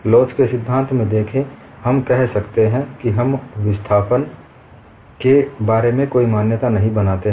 लोच के सिद्धांत में देखें हम कहते हैं कि हम विस्थापन के बारे में कोई मान्यता नहीं बनाते हैं